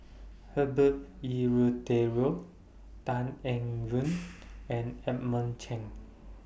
Herbert Eleuterio Tan Eng Yoon and Edmund Cheng